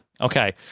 Okay